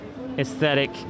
aesthetic